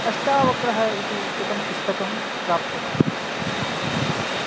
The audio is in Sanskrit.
अष्टावक्रः इति एकं पुस्तकं प्राप्तम्